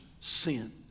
sin